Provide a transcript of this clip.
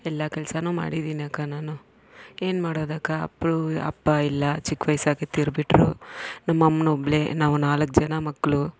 ಎಲ್ಲ ಕೆಲಸನೂ ಮಾಡಿದ್ದೀನಕ್ಕ ನಾನು ಏನು ಮಾಡೋದಕ್ಕ ಅಪ್ಪನೂ ಅಪ್ಪ ಇಲ್ಲ ಚಿಕ್ಕ ವಯಸ್ಸಾಗೆ ತೀರಿಬಿಟ್ರು ನಮ್ಮಮ್ಮ ಒಬ್ಬಳೇ ನಾವು ನಾಲ್ಕು ಜನ ಮಕ್ಕಳು